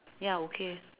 ya okay